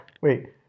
wait